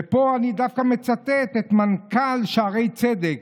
ופה אני דווקא מצטט את מנכ"ל שערי צדק,